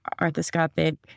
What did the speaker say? arthroscopic